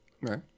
Right